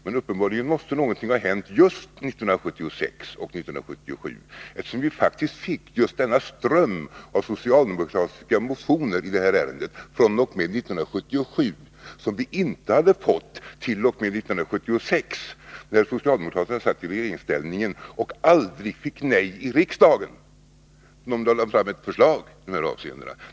Uppenbarligen måste någonting ha hänt just 1976 och 1977. Vi fick ju faktiskt denna ström av socialdemokratiska motioner i detta ärende fr.o.m. 1977, som vi inte hade fått t.o.m. 1976, när socialdemokraterna satt i regeringsställning — och aldrig fick nej i riksdagen, om de lade fram ett förslag i de här avseendena.